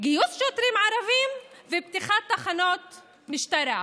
גיוס שוטרים ערבים ופתיחת תחנות משטרה.